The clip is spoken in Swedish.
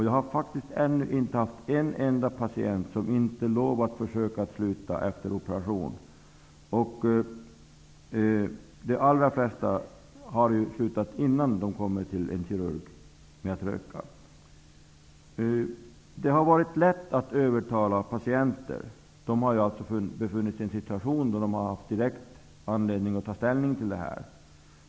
Jag har faktiskt ännu inte haft en enda patient som inte har lovat att försöka sluta röka efter operationen. De allra flesta har slutat röka innan de kommer till en kirurg. Det har varit lätt att övertala patienter att sluta röka. De har befunnit sig i en situation då de har haft direkt anledning att ta ställning till detta.